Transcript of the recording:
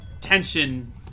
tension